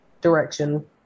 direction